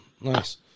Nice